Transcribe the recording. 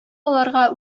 аларга